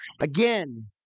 Again